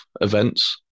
events